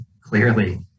clearly